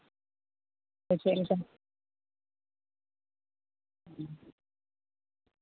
ᱥᱮ ᱪᱮᱫ ᱞᱮᱠᱟ ᱦᱩᱸ